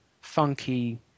funky